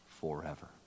forever